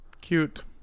cute